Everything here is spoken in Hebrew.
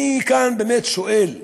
אני כאן באמת שואל: